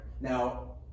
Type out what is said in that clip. Now